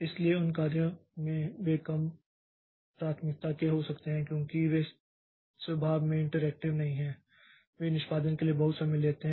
इसलिए उन कार्य में वे कम प्राथमिकता के हो सकते हैं क्योंकि वे स्वभाव में इंटरैक्टिव नहीं हैं वे निष्पादन के लिए बहुत समय लेते हैं